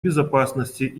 безопасности